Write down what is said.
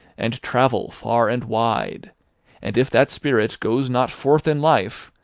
and travel far and wide and if that spirit goes not forth in life,